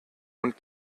und